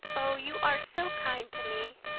oh, you are so kind to me.